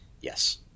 Yes